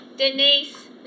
Denise